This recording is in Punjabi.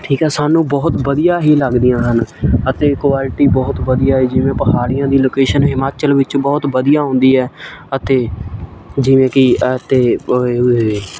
ਠੀਕ ਹੈ ਸਾਨੂੰ ਬਹੁਤ ਵਧੀਆ ਹੀ ਲੱਗਦੀਆਂ ਹਨ ਅਤੇ ਕੋਆਲਟੀ ਬਹੁਤ ਵਧੀਆ ਹੈ ਜਿਵੇਂ ਪਹਾੜੀਆਂ ਦੀ ਲੌਕੇਸ਼ਨ ਹਿਮਾਚਲ ਵਿੱਚ ਬਹੁਤ ਵਧੀਆ ਹੁੰਦੀ ਹੈ ਅਤੇ ਜਿਵੇਂ ਕਿ ਅਤੇ ਇਹ